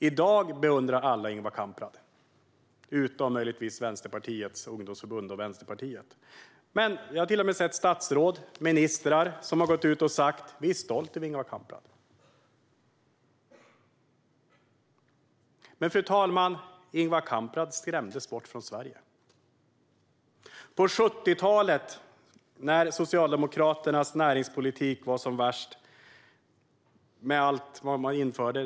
I dag beundrar alla Ingvar Kamprad, utom möjligtvis Vänsterpartiets ungdomsförbund och Vänsterpartiet. Jag har till och med sett statsråd och ministrar som har gått ut och sagt: Vi är stolta över Ingvar Kamprad. Men, fru talman, Ingvar Kamprad skrämdes bort från Sverige. På 70talet var Socialdemokraternas näringspolitik som värst med allt de införde.